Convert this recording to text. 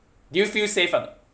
do you feel safe or not